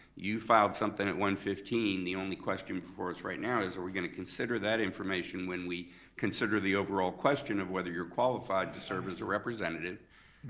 you filed something at one fifteen, the only question for us right now is, are we gonna consider that information when we consider the overall question of whether you're qualified to serve as a representative.